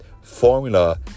formula